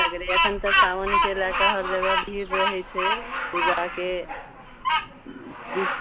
सगरे अखैन तऽ साबनके लए कऽ हर जगह भीड़ रहै छै पूजाके बिल